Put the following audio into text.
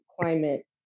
climate